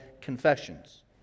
Confessions